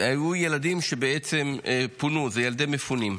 אלה היו ילדים שבעצם פונו, אלה ילדי מפונים.